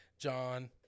John